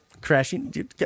crashing